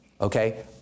okay